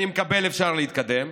אני מקבל, אפשר להתקדם,